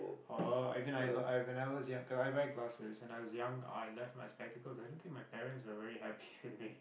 oh even I when I was younger I wear glasses and I was young I left my spectacles i don't think my parents were very happy with me